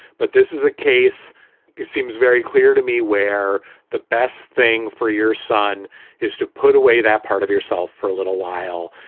but this is a case that seems very clear to me where the best thing for your son is to put away that part of yourself for a little while.